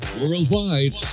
Worldwide